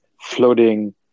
floating